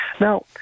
Now